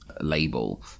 label